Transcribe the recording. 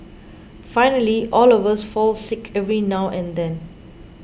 finally all of us fall sick every now and then